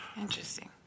Interesting